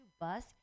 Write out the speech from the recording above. bus